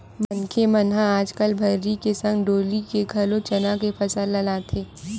मनखे मन ह आजकल भर्री के संग डोली म घलोक चना के फसल ल लेथे